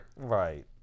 Right